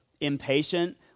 impatient